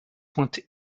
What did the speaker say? pointe